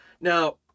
now